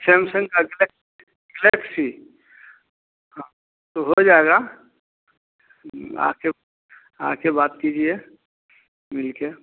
Samsung का rate Galaxy हाँ तो हो जाएगा आके आके बात कीजिए मिल के